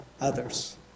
others